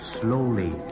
slowly